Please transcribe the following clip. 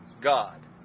God